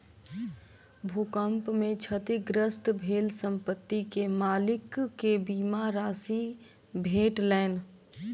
भूकंप में क्षतिग्रस्त भेल संपत्ति के मालिक के बीमा राशि भेटलैन